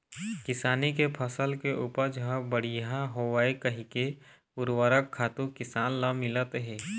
किसानी के फसल के उपज ह बड़िहा होवय कहिके उरवरक खातू किसान ल मिलत हे